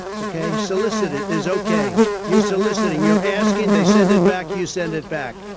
ok? solicited is ok. you're soliciting, you're asking. they send it back. you send it back.